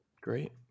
Great